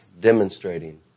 demonstrating